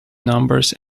numbers